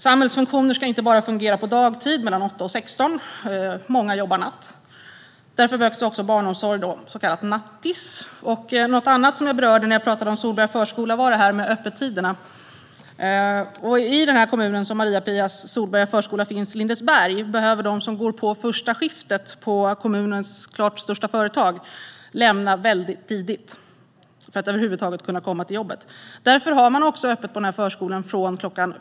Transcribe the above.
Samhällsfunktioner ska inte bara fungera på dagtid kl. 8-16. Många jobbar natt, och därför behövs det barnomsorg även då - så kallad nattis. En annan fråga, som jag berörde när jag pratade om Solberga förskolor, är öppettiderna. I den kommun där Maria-Pias Solberga förskola finns, Lindesberg, behöver de som ska gå på första skiftet på kommunens klart största företag lämna barnen väldigt tidigt för att över huvud taget kunna komma till jobbet. Därför har man på denna förskola öppet från kl.